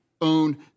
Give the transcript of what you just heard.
own